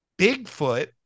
Bigfoot